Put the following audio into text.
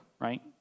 right